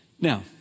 Now